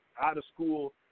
out-of-school